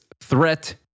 threat